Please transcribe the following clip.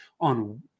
on